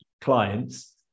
clients